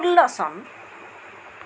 ষোল্ল চন